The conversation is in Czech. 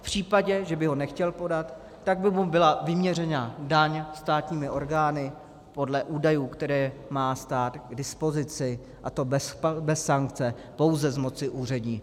V případě, že by ho nechtěl podat, tak by mu byla vyměřena daň státními orgány podle údajů, které má stát k dispozici, a to bez sankce, pouze z moci úřední.